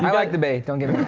i like the bay, don't get me